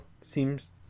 seems